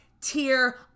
tier